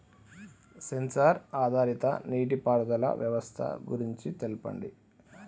Censor ఆధారిత నీటిపారుదల వ్యవస్థ గురించి తెల్పండి?